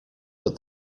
but